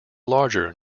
larger